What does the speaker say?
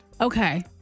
Okay